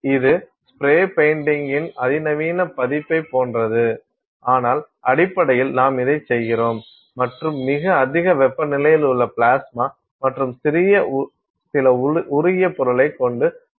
இது ஸ்ப்ரே பெயிண்டிங்கின் அதிநவீன பதிப்பைப் போன்றது ஆனால் அடிப்படையில் நாம் இதைச் செய்கிறோம் மற்றும் மிக அதிக வெப்பநிலையில் உள்ள பிளாஸ்மா மற்றும் சில உருகிய பொருள்களைக் கொண்டு மாதிரியை உருவாக்கலாம்